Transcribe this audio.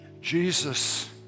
Jesus